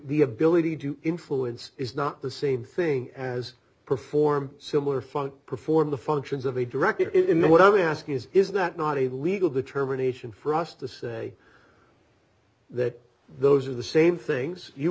the ability to influence is not the same thing as perform similar func perform the functions of a director in what i'm asking is is that not a legal determination for us to say that those are the same things you